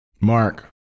Mark